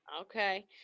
okay